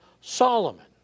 Solomon